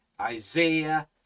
Isaiah